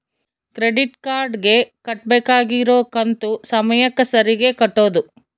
credit card ಗೆ ಕಟ್ಬಕಾಗಿರೋ ಕಂತು ಸಮಯಕ್ಕ ಸರೀಗೆ ಕಟೋದು